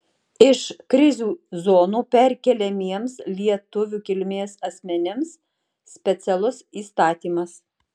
iš krizių zonų perkeliamiems lietuvių kilmės asmenims specialus įstatymas